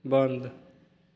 बन्द